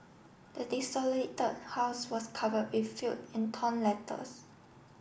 the desolated house was cover in few and torn letters